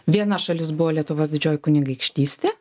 viena šalis buvo lietuvos didžioji kunigaikštystė